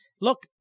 Look